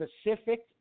specific